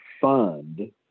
fund